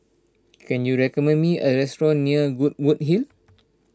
can you recommend me a restaurant near Goodwood Hill